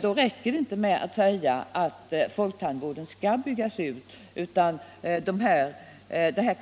Då räcker det inte med att säga att folktandvården skall byggas — Vissa tandvårdsfråut.